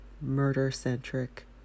murder-centric